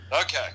Okay